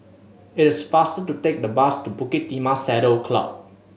it is faster to take the bus to Bukit Timah Saddle Club